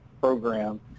program